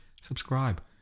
Subscribe